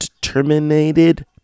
terminated